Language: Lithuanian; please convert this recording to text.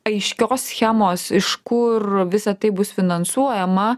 aiškios schemos iš kur visa tai bus finansuojama